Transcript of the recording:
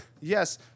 Yes